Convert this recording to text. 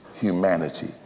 humanity